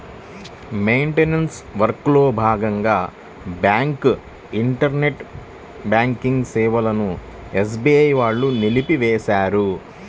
maintenance వర్క్లో భాగంగా bank internet banking సేవలను ఎస్బీఐ వాళ్ళు నిలిపేశారు